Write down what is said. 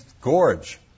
gorge